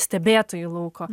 stebėtojų lauko